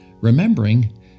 Remembering